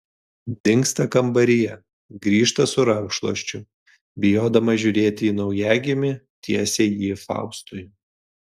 dingsta kambaryje grįžta su rankšluosčiu bijodama žiūrėti į naujagimį tiesia jį faustui